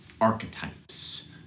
archetypes